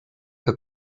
que